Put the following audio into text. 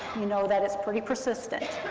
you know that it's pretty persistent.